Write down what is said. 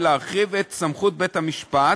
ולהרחיב את סמכות בית-המשפט